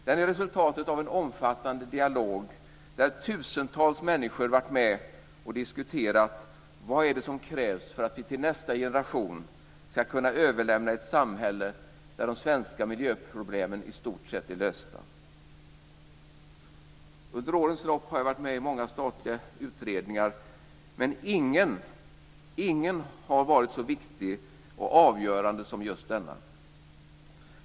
Den är resultatet av en omfattande dialog där tusentals människor har varit med och diskuterat vad det är som krävs för att vi till nästa generation ska kunna överlämna ett samhälle där de svenska miljöproblemen i stort sett är lösta. Under årens lopp har jag varit med i många statliga utredningar, men ingen har varit så viktig och avgörande som just denna.